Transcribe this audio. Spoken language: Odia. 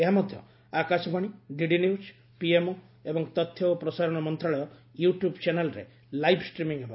ଏହା ମଧ୍ୟ ଆକାଶବାଣୀ ଡିଡି ନ୍ୟୁଜ୍ ପିଏମ୍ଓ ଏବଂ ତଥ୍ୟ ଓ ପ୍ରସାରଣ ମନ୍ତ୍ରଣାଳୟ ୟୁଟ୍ୟୁବ୍ ଚ୍ୟାନେଲ୍ରେ ଲାଇଭ୍ ଷ୍ଟ୍ରିମି ହେବ